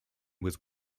was